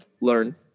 learn